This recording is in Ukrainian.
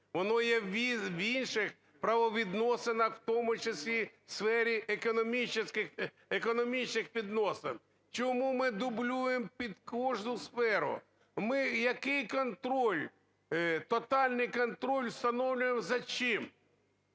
воно є в інших правовідносинах, в тому числі у сфері економічних відносин. Чому ми дублюємо під кожну сферу? Ми який контроль, тотальний контроль, встановлюємо за чим?